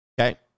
Okay